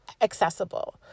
accessible